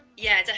yeah, yeah